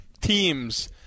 teams